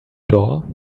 door